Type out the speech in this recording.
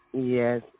Yes